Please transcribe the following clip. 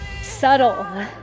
subtle